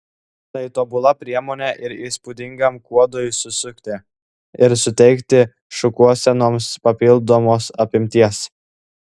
tai tobula priemonė ir įspūdingam kuodui susukti ir suteikti šukuosenoms papildomos apimties